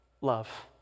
love